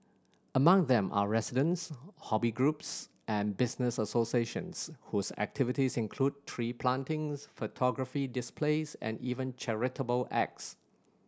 among them are residents hobby groups and business associations whose activities include tree plantings photography displays and even charitable acts